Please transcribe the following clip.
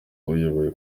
uyoboye